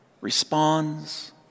responds